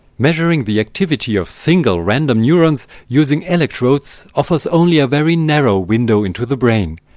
measuring the activity of single, random neurons using electrodes offers only a very narrow window into the brain.